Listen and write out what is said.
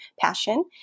passion